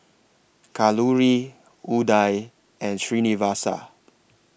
Kalluri Udai and Srinivasa